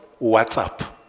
WhatsApp